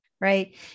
Right